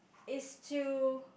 it's to